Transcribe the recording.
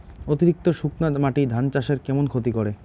অতিরিক্ত শুকনা মাটি ধান চাষের কেমন ক্ষতি করে?